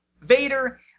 Vader